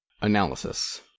Analysis